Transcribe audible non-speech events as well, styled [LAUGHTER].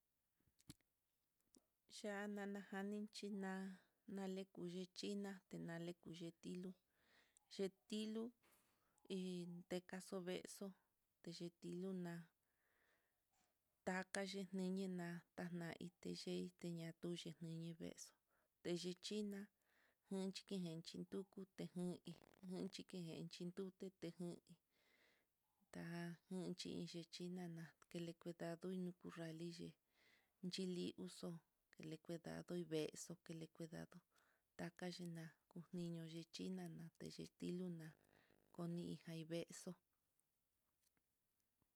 Chanana janinchí, na nalekunichí na tanelakutilu, c [HESITATION] lo iin tekaxu veexo teyi liluna takaxhi neniná, tayenei teñatu luxhi nii veexo ndeixhina, [HESITATION] i denchituku [HESITATION] ike enchintuku kuteni hí xhiken xhituu te [HESITATION] tajun xhinxi xhinana telikueta laduñu talixhi chilii uxu, nilikueta tuveexo telikueta taka nax kukino yichí xhinanate tiluna kunijai veexo.